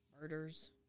murders